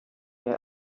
der